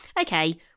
okay